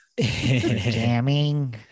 Jamming